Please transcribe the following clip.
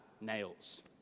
nails